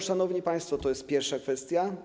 Szanowni państwo, to jest pierwsza kwestia.